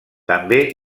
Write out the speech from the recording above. també